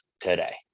today